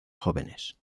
jóvenes